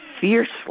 fiercely